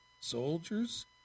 soldiers